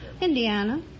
Indiana